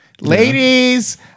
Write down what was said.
ladies